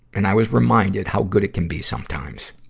and i was reminded how good it can be sometimes.